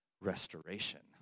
restoration